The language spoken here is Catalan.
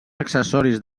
accessoris